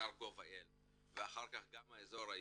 האתר GOV.IL אחר כך גם האזור האישי,